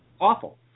awful